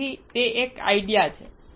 તેથી તે આઈડિયા છે